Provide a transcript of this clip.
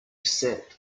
set